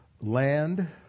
land